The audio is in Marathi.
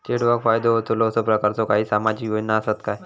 चेडवाक फायदो होतलो असो प्रकारचा काही सामाजिक योजना असात काय?